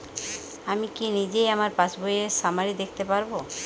আমি কি নিজেই আমার পাসবইয়ের সামারি দেখতে পারব?